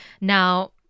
Now